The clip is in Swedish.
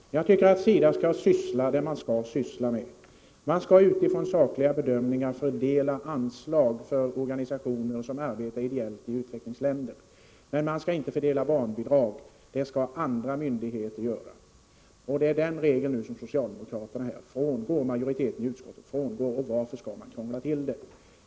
Fru talman! Jag tycker att SIDA skall ägna sig åt sin uppgift, nämligen att utifrån sakliga bedömningar fördela anslag till organisationer som arbetar ideellt i u-länderna. Man skall inte fördela barnbidrag, utan det skall andra myndigheter göra. Det är den regeln som majoriteten i utskottet nu vill frångå. Varför krångla till det?